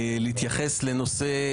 בועז, אתה תתייחס ואני אומר בצורה מאוד פשוטה.